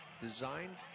designed